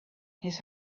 his